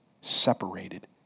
separated